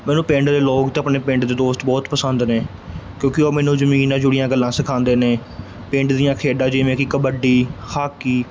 ਮੈਨੂੰ ਪਿੰਡ ਦੇ ਲੋਕ ਅਤੇ ਆਪਣੇ ਪਿੰਡ ਦੇ ਦੋਸਤ ਬਹੁਤ ਪਸੰਦ ਨੇ ਕਿਉਂਕਿ ਉਹ ਮੈਨੂੰ ਜ਼ਮੀਨ ਨਾਲ ਜੁੜੀਆਂ ਗੱਲਾਂ ਸਿਖਾਉਂਦੇ ਨੇ ਪਿੰਡ ਦੀਆਂ ਖੇਡਾਂ ਜਿਵੇਂ ਕਿ ਕਬੱਡੀ ਹਾਕੀ